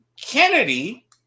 Kennedy